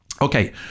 Okay